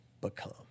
become